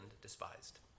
despised